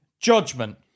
Judgment